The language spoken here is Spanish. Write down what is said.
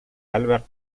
albert